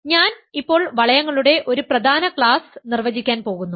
അതിനാൽ ഞാൻ ഇപ്പോൾ വളയങ്ങളുടെ ഒരു പ്രധാന ക്ലാസ് നിർവചിക്കാൻ പോകുന്നു